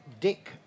Dick